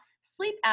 sleep